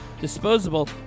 disposable